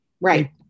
Right